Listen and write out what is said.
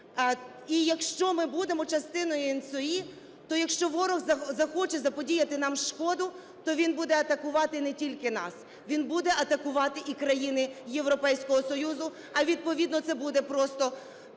І якщо ми будемо частиною ENTSO-E, то якщо ворог захоче заподіяти нам шкоду, то він буде атакувати не тільки нас - він буде атакувати і країни Європейського Союзу, а відповідно це буде просто